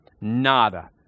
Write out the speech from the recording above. Nada